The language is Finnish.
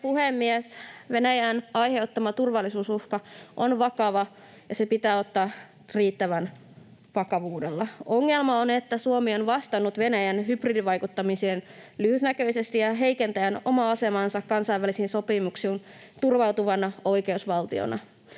puhemies! Venäjän aiheuttama turvallisuusuhka on vakava, ja se pitää ottaa riittävällä vakavuudella. Ongelma on, että Suomi on vastannut Venäjän hybridivaikuttamiseen lyhytnäköisesti ja heikentäen omaa asemaansa kansainvälisiin sopimuksiin turvautuvana oikeusvaltiona.